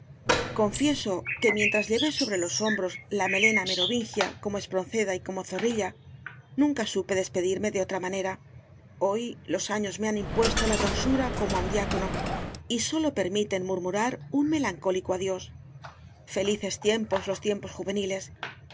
confieso que mientras llevé sobre jos hom bros la melena meróvingia como espronceda y como zorrilla nunca supe despedirme de otra manera hoy los años me han impuesto la tonsura como á un diácono y sólo me permiten murmurar un melancólico adiós felices tiempos los tiempos juveniles